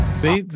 see